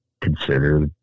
consider